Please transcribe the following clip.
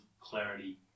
clarity